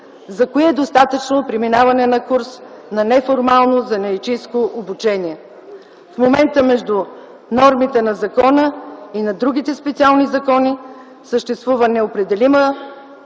за кои е достатъчно преминаване на курс на неформално занаятчийско обучение. В момента между нормите на закона и на другите специални закони съществува непреодолима